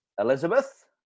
Elizabeth